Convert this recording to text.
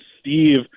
Steve